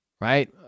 right